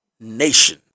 nation